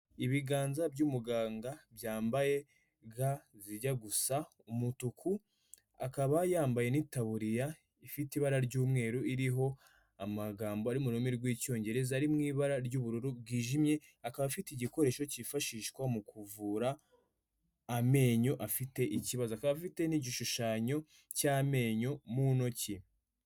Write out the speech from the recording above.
Ibiganza by'umuganga byambaye ga zijya gusa umutuku akaba yambaye n'itabuririya ifite ibara ry'umweru iriho amagambo ari mu rurimi rw'icyongereza ari mu ibara ry'ubururu bwijimye, akaba afite igikoresho cyifashishwa mu kuvura amenyo afite ikibazo akaba afite n'igishushanyo cy'amenyo mu ntoki.